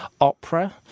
opera